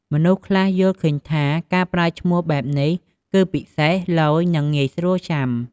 មនុស្សខ្លះយល់ឃើញថា ការប្រើឈ្មោះបែបនេះគឺ ពិសេស ឡូយ និងងាយស្រួលចាំ។